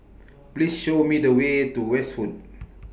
Please Show Me The Way to Westwood